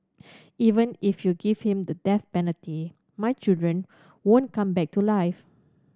even if you give him the death penalty my children won't come back to life